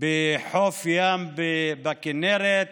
בחוף ים בכינרת.